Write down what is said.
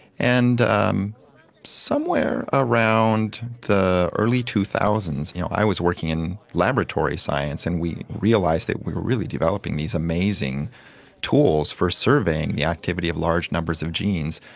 and um somewhere around the early two thousand s you know i was working in laboratory science and we realised that we were really developing these amazing tools for surveying the activity of large numbers of genes,